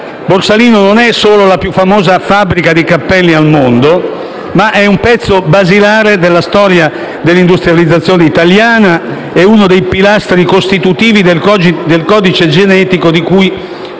Borsalino non è solo la più famosa fabbrica di cappelli del mondo ma è un pezzo basilare della storia dell'industrializzazione italiana, è uno dei pilastri costitutivi del codice genetico di ciò